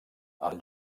els